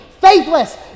Faithless